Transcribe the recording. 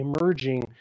emerging